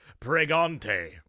pregante